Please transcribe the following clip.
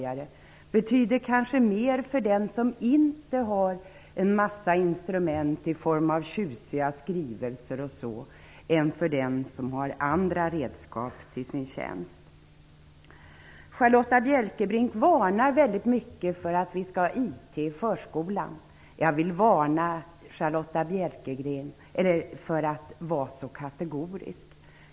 Det betyder kanske mer för den som inte har en mängd instrument i form av tjusiga skrivelser än för den som har andra redskap till sin tjänst. Charlotta Bjälkebring varnar mycket för att vi skall ha IT i förskolan. Jag vill varna henne för att vara så kategorisk.